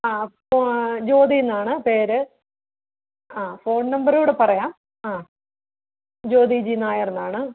ആ ഫോ ജ്യോതിന്നാണ് പേര് ആ ഫോൺ നമ്പരൂടെ പറയാം ആ ജ്യോതി ജി നായർന്നാണ്